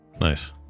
nice